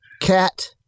cat